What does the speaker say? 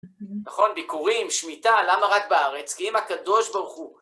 נכון, ביקורים, שמיטה, למה רק בארץ? כי אם הקדוש ברוך הוא..